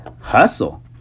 hustle